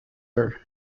her